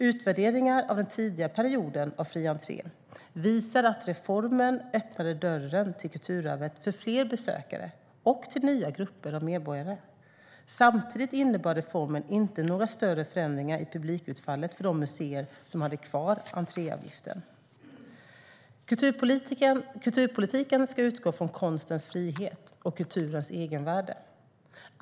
Utvärderingar av den tidigare perioden av fri entré visar att reformen öppnade dörren till kulturarvet för fler besökare och till nya grupper av medborgare. Samtidigt innebar reformen inte några större förändringar i publikutfallet för de museer som hade kvar entréavgiften. Kulturpolitiken ska utgå från konstens frihet och kulturens egenvärde.